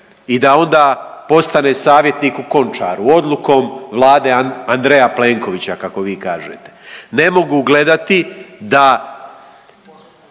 i da onda postane savjetnik u Končaru odlukom Vlade Andreja Plenkovića kako vi kažete. Ne mogu gledati da